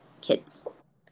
kids